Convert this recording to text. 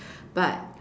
but